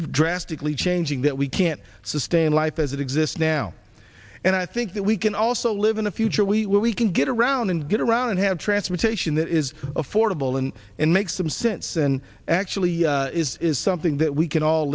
drastically changing that we can't sustain life as it exists now and i think that we can also live in the future we will we can get around and get around and have transportation that is affordable and and make some sense and actually is is something that we can all